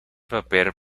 papel